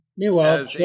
Meanwhile